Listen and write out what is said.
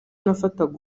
nafataga